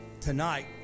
tonight